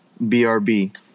BRB